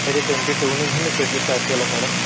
అయితే twenty two నుంచి మీకు షెడ్యూల్ స్టార్ట్ చేయాలా మేడం